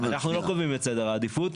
אנחנו לא קובעים את סדר העדיפות.